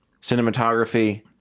cinematography